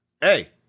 hey